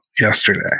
yesterday